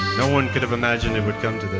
no one could have imagined it would come to this